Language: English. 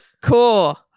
cool